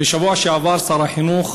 בשבוע שעבר שר החינוך